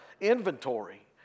inventory